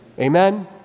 Amen